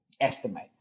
estimate